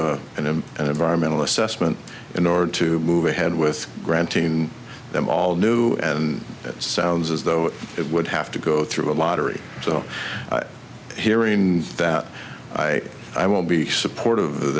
m and environmental assessment in order to move ahead with granting them all new and it sounds as though it would have to go through a lottery so hearing that i i will be supportive of